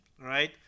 right